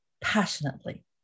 passionately